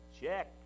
Check